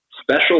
special